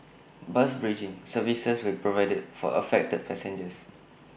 bus bridging services will be provided for affected passengers